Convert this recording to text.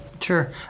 Sure